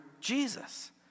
Jesus